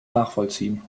nachvollziehen